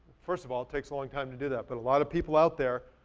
first of all, it takes a long time to do that. but a lot of people out there,